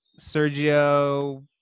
Sergio